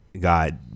God